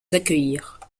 accueillir